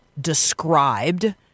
described